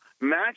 match